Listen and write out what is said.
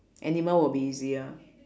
animal would be easier